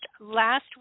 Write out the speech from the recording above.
last